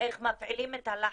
איך מפעילים את הלחץ.